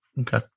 Okay